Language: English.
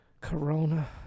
Corona